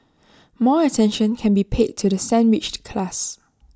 more attention can be paid to the sandwiched class